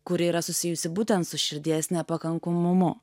kuri yra susijusi būtent su širdies nepakankamumu